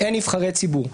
אין נבחרי ציבור.